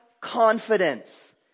confidence